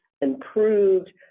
improved